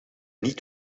niet